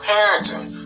Parenting